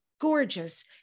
gorgeous